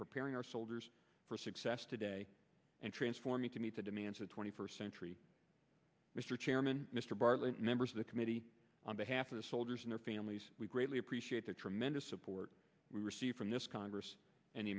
preparing our soldiers for success today and transforming to meet the demands of twenty first century mr chairman mr bartlett members of the committee on behalf of the soldiers and their families we greatly appreciate the tremendous support we receive from this congress and the